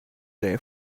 they